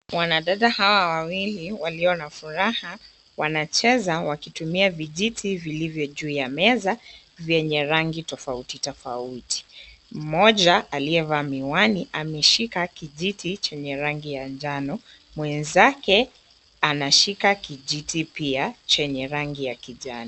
Wanadada hawa wawili walio na furaha, wanacheza wakitumia vijiti vilivyo juu ya meza, vyenye rangi tofauti tofauti. Mmoja aliyevaa miwani, ameshika kijiti chenye rangi ya njano, mwenzake anashika kijiti pia chenye rangi ya kijani.